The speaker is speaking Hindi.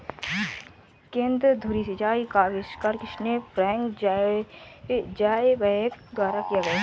केंद्र धुरी सिंचाई का आविष्कार किसान फ्रैंक ज़ायबैक द्वारा किया गया था